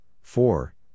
four